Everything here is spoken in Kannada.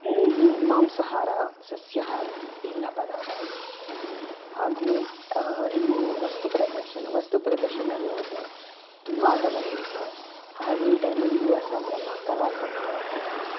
ಮಾಂಸಹಾರ ಸಸ್ಯಹಾರ ಎಲ್ಲ ಪದಾರ್ಥಗಳಿರುತ್ತೆ ಹಾಗೂ ಇನ್ನೂ ವಸ್ತು ಪ್ರದರ್ಶನ ವಸ್ತು ಪ್ರದರ್ಶನದಲ್ಲೋದ್ರೆ ತುಂಬ ಆಟಗಳಿರುತ್ತೆ ಹಾಗೂ ಈ ಟೈಮಲ್ಲಿ ಯುವ ಸಂಭ್ರಮ ಕಲಾ ಸಂಭ್ರಮ ಅಂತ ನಡೆಯುತ್ತೆ